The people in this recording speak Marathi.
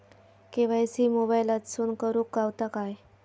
के.वाय.सी मोबाईलातसून करुक गावता काय?